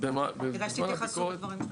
כדאי שתתייחסו לדברים האלה.